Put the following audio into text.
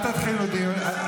אל תתחילו דיון.